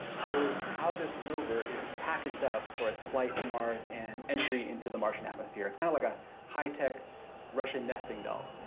shows how this rover is packaged up for its flight to mars and entry into the martian atmosphere, it's kind of like a high-tech russian nesting doll.